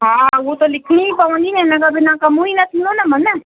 हा उहा त लिखिणी पवंदी न हिन खां बिना कमु ई न थींदो न मनु